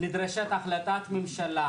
נדרשת החלטת ממשלה,